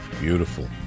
Beautiful